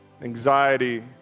anxiety